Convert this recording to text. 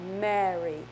Mary